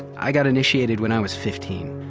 i got initiated when i was fifteen.